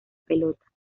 pelota